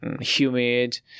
humid